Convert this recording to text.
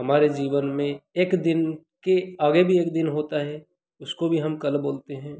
हमारे जीवन में एक दिन के आगे भी एक दिन होता है उसको भी हम कल बोलते हैं